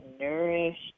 nourished